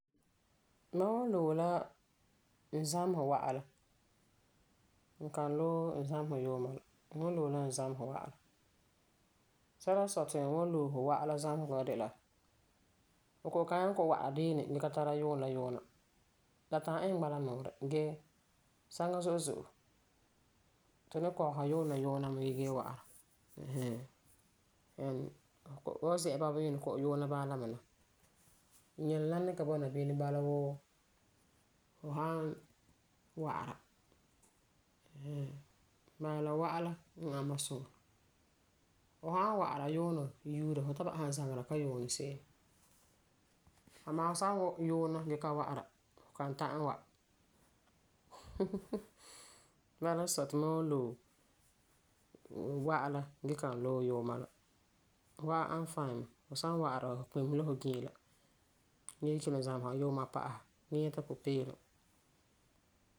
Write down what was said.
Mam wan loe la fu zamesɛ wa'a la. N kan loe n zamesɛ yuuma. N wan loe la n zamesɛ wa'a la. Sɛla n sɔi ti n wan zamesɛ wa'a la de la, fu kɔ'ɔm kan nyaŋɛ kɔ'ɔm wa'ara de'eni gee ka tana yuunɛ la yuuna. La ta'am iŋɛ bala buuri gee saŋa zo'e zo'e tu ni kɔgesa yuunɛ la yuuna mɛ gee wa'ara ɛɛn hɛɛn. And fu san zi'a bɔbeyinɛ la kɔ'ɔm yuuna bala la me la, nyɛlum la ni ka bɔna bini bala wuu fu san wa'ara. Bala la wa'a la n ani mam suŋa. Fu san wa'ara yuunɛ yuura fu ta ba'asum zaŋera ka n yuuni se'em mɛ. Amaa fu san yuuna gee ka wa'ara fu kan ta'am wa. Bala n sɔi ti mam wan loe wa'a la ge kan loe yuuma. Wa'a ani fine mɛ. Fu san wa'ara fu kpemesi la fu giila. Gee kelum zamesa yuuma pa'asa ge nyɛta pupeelum.